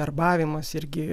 verbavimas irgi